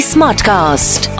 Smartcast